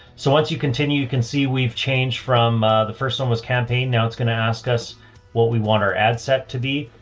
so once you continue, you can see we've changed from a, the first one was campaign. now it's going to ask us what we want our ad set to be.